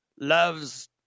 Loves